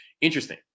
Interesting